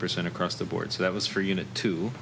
percent across the board so that was for unit to